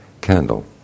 candle